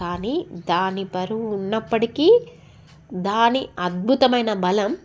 కానీ దాని బరువు ఉన్నప్పటికి దాని అద్భుతమైన బలం